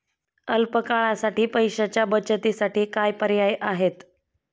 अल्प काळासाठी पैशाच्या बचतीसाठी काय पर्याय आहेत?